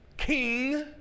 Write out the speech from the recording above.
king